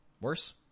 Worse